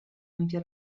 ampio